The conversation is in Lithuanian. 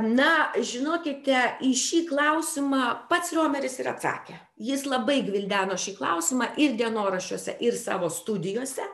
na žinokite į šį klausimą pats riomeris ir atsakė jis labai gvildeno šį klausimą ir dienoraščiuose ir savo studijose